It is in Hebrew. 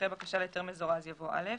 אחרי "בקשה להיתר מזורז" יבוא "א".